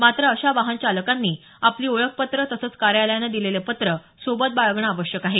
मात्र अशा वाहनचालकांनी आपली ओळखपत्रं तसंच कायोलयान दिलेलं पत्र सोबत बाळगणं आवश्यक आहे